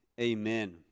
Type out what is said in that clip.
Amen